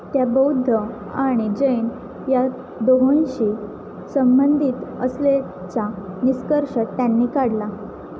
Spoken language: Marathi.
त्या बौद्ध आणि जैन या दोहोंशी संबंधित असलेचा निष्कर्ष त्यांनी काढला